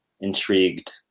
intrigued